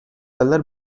color